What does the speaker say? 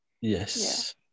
yes